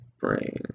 brain